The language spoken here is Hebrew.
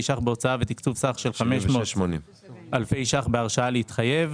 ש"ח בהוצאה ותקצוב סך של 500 אלפי ש"ח בהרשאה להתחייב.